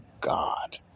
God